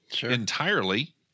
entirely